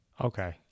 Okay